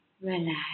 Relax